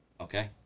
Okay